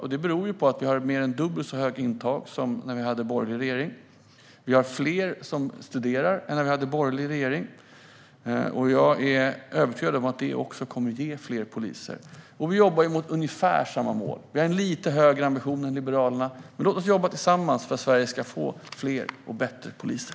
Det beror på att vi har en mer än dubbelt så stor intagning som när vi hade en borgerlig regering. Vi har fler som studerar än när vi hade en borgerlig regering. Jag är övertygad om att det också kommer att ge fler poliser. Vi jobbar mot ungefär samma mål. Vi har en lite högre ambition än Liberalerna. Men låt oss jobba tillsammans för att Sverige ska få fler och bättre poliser.